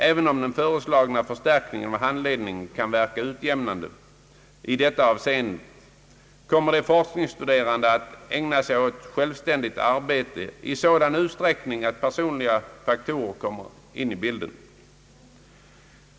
Även om den föreslagna förstärkningen av handledningen kan verka utjämnande i detta avseende kommer de forskningsstuderande att ägna sig åt självständigt arbete i sådan utsträckning att personliga faktorer kommer in i bilden.